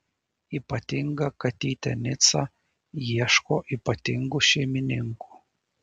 ypatinga katytė nica ieško ypatingų šeimininkų